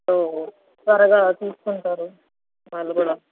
so త్వరగా తీసుకుంటారు వాళ్ళు కూడా